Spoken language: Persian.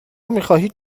میخواهید